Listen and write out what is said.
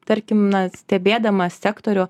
tarkim na stebėdamas sektorių